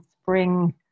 spring